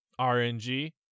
RNG